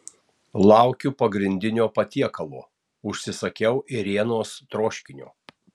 laukiu pagrindinio patiekalo užsisakiau ėrienos troškinio